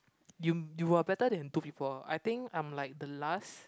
you w~ you were better than two people I think I'm like the last